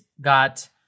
got